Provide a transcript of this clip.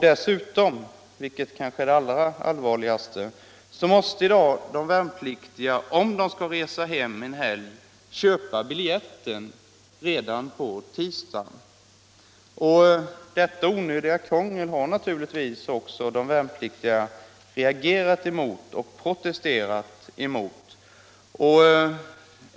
Dessutom måste — och det är kanske det allvarligaste — de värnpliktiga köpa biljetten redan på tisdagen om de vill resa hem till veckohelgen. Detta onödiga krångel har naturligtvis de värnpliktiga reagerat mot och protesterat mot.